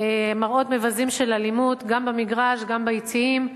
מראות מבזים של אלימות גם במגרש, גם ביציעים.